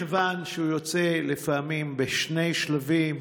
מכיוון שהוא יוצא לפעמים בשני שלבים,